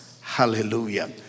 Hallelujah